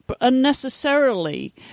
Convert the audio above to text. unnecessarily